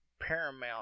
Paramount